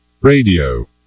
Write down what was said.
Radio